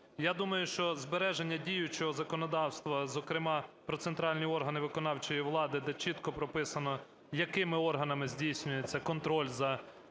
Я думаю, що збереження діючого законодавства, зокрема, про центральні органи виконавчої влади, де чітко прописано якими органами здійснюється контроль за